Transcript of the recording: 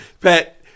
pat